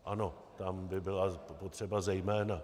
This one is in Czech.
Ano, tam by byla potřeba zejména.